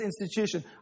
institution